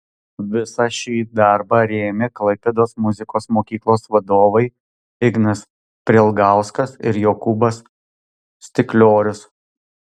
visą šį darbą rėmė klaipėdos muzikos mokyklos vadovai ignas prielgauskas ir jokūbas stikliorius